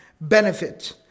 benefit